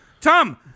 Tom